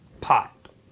pot